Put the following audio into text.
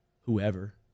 whoever